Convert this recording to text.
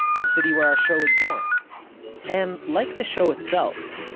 the city where our show was born and like the show itself,